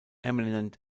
eminent